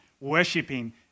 worshipping